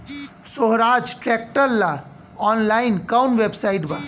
सोहराज tractor ला online कोउन website बा?